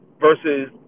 versus